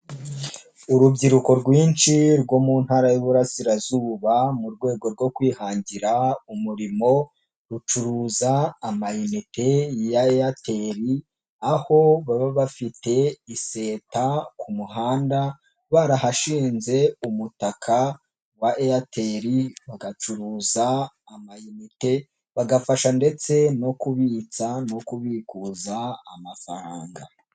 Urubyiruko rwinshi rwo mu ntara y'Iburasirazuba mu rwego rwo kwihangira umurimo, rucuruza amayinite ya Airtel, aho baba bafite iseta ku muhanda, barahashinze umutaka wa Airtel, bagacuruza amayinite, bagafasha ndetse no kubibutsa no kubikuza amafaranga.